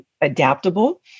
adaptable